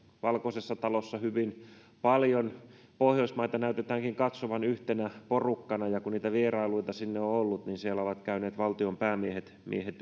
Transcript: valkoisessa talossa hyvin paljon pohjoismaita näytetäänkin katsovan yhtenä porukkana ja kun niitä vierailuita sinne on on ollut niin siellä ovat käyneet valtioiden päämiehet